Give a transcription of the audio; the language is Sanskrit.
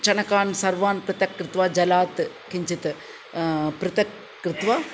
चणकान् सर्वान् पृथक् कृत्वा जलात्किञ्चित् पृथक् कृत्वा